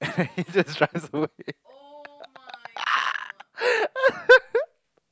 he just drives away